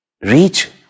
reach